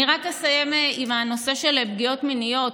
אני רק אסיים עם הנושא של פגיעות מיניות.